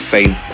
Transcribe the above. Fame